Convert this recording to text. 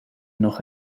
noch